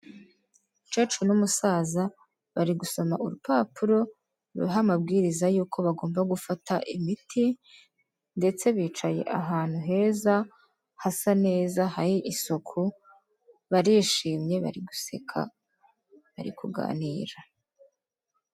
Umukecuru n'umusaza bari gusoma urupapuro ruriho amabwiriza yuko bagomba gufata imiti, ndetse bicaye ahantu heza hasa neza hari isuku barishimye bari guseka bari kuganira.